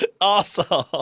awesome